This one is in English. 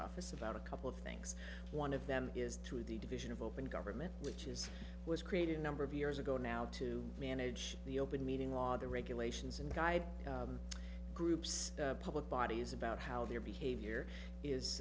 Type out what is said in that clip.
office about a couple of things one of them is through the division of open government which is was created a number of years ago now to manage the open meeting law the regulations and guide groups public bodies about how their behavior